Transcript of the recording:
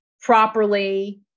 properly